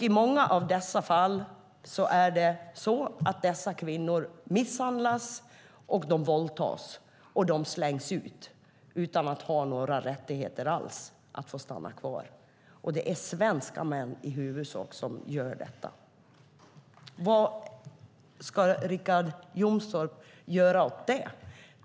I många fall är det så att dessa kvinnor misshandlas, de våldtas och de slängs ut utan att ha några rättigheter alls att få stanna kvar. Och det är i huvudsak svenska män som gör detta. Vad ska Richard Jomshof göra åt det?